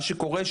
מה שקורה,